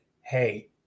hey